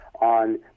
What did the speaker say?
on